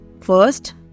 First